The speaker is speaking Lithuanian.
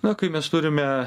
na kai mes turime